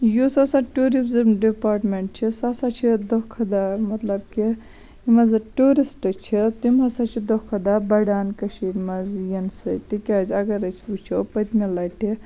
یُس ہسا tourism department چھُ سُہ ہسا چھُ دۄہ کھۄتہٕ دۄہ مطلب کہِ مطلب ٹیوٗرِسٹ چھِ تِم ہسا چھِ دۄہ کھۄتہٕ دۄہ بَڑان کٔشیٖر منٛز یِنہٕ سۭتۍ تِکیازِ اَگر أسۍ وُچھ پٔتمہِ لَٹہِ